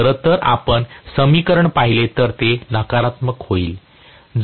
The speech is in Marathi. खरं तर आपण समीकरण पाहिले तर ते नकारात्मक होईल